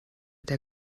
der